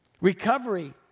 recovery